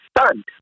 stunned